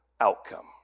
outcome